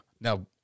Now